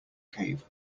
cave